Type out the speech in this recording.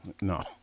No